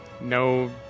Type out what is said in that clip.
No